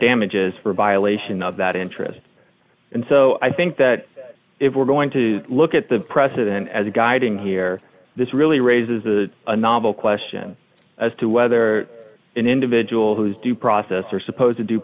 damages for a violation of that interest and so i think that if we're going to look at the precedent as a guiding here this really raises the a novel question as to whether an individual who's due process are supposed to